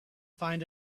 find